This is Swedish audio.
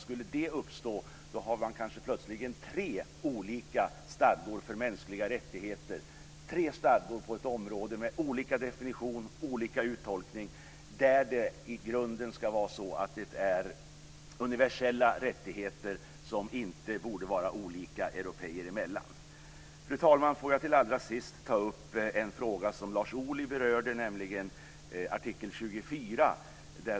Skulle det uppstå har man helt plötsligt tre olika stadgor för mänskliga rättigheter med olika definition och olika uttolkning där det i grunden är universella rättigheter som inte borde vara olika européer emellan. Fru talman! Får jag till allra sist ta upp en fråga som Lars Ohly berörde, nämligen artikel 24.